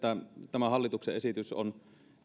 tämä hallituksen esitys on